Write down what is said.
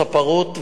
ספרות ועוד.